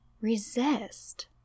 resist